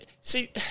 See